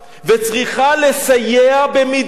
וצריכה לסייע, במידה,